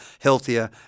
healthier